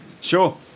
Sure